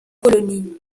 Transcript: colonie